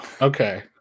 okay